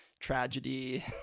tragedy